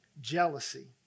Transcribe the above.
Jealousy